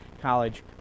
college